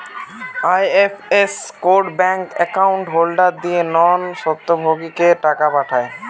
IFS code bank account holder দিয়ে non স্বত্বভোগীকে টাকা পাঠায়